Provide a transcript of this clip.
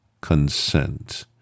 consent